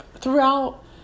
Throughout